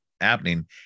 happening